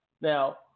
Now